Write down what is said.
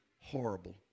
horrible